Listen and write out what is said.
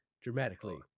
dramatically